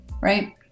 right